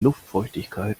luftfeuchtigkeit